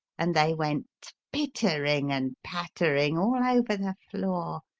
and they went pittering and pattering all over the floor,